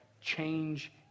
change